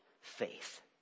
faith